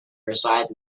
reside